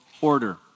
order